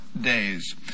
days